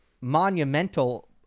monumental